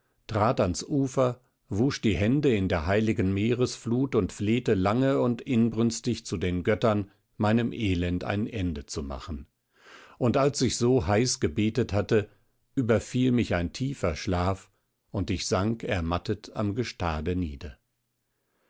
trat ans ufer wusch die hände in der heiligen meeresflut und flehte lange und inbrünstig zu den göttern meinem elend ein ende zu machen und als ich so heiß gebetet hatte überfiel mich ein tiefer schlaf und ich sank ermattet am gestade nieder